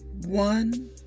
one